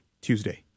Tuesday